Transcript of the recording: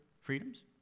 freedoms